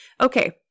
okay